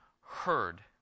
heard